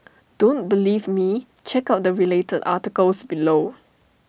don't believe me check out the related articles below